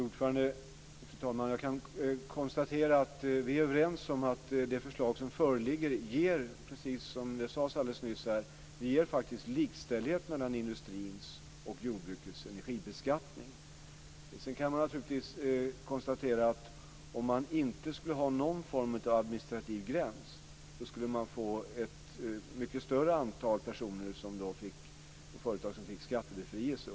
Fru talman! Jag kan konstatera att vi är överens om att det förslag som föreligger faktiskt ger, precis som sades alldeles nyss, likställighet mellan industrins och jordbrukets energibeskattning. Sedan kan man naturligtvis konstatera att om man inte skulle ha någon form av administrativ gräns, skulle ett mycket större antal personer och företag få skattebefrielse.